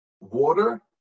water